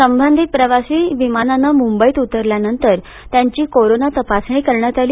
संबंधित प्रवाशी विमानानं मुंबईत उतरल्यानंतर त्यांची कोरोना तपासणी करण्यात आली